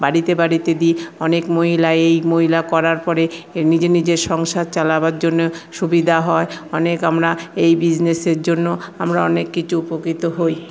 বাড়িতে বাড়িতে দিই অনেক মহিলা এই মহিলা করার পরে নিজের নিজের সংসার চালাবার জন্য সুবিধা হয় অনেক আমরা এই বিজনেসের জন্য আমরা অনেক কিছু উপকৃত হই